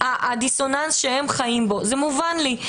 הדיסוננס בו הן חיות מובן לי,